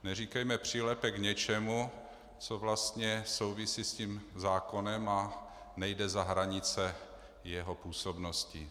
Neříkejme přílepek něčemu, co vlastně souvisí se zákonem a nejde za hranice jeho působnosti.